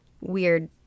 weird